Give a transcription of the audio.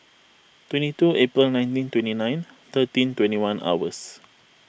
twenty two April nineteen twenty nine thirteen twenty one hours